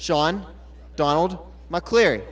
shawn donald mccleary